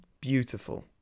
beautiful